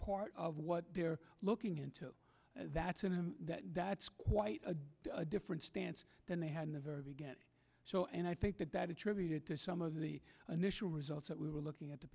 part of what they're looking into that's and that's quite a different stance than they had in the very beginning so and i think that that attributed to some of the initial results that we were looking at th